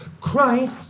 Christ